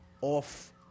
off